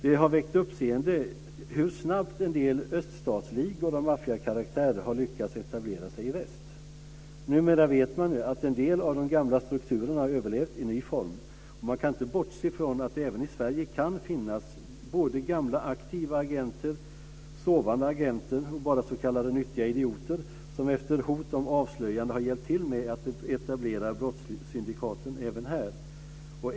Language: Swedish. Det har väckt uppseende hur snabbt en del öststatsligor av maffiakaraktär har lyckats etablera sig i väst. Numera vet man att en del av de gamla strukturerna har överlevt i ny form. Man kan inte bortse från att det även i Sverige kan finnas både gamla aktiva agenter, "sovande" agenter och bara s.k. nyttiga idioter, som efter hot om avslöjande har hjälpt till med att etablera brottssyndikaten även här.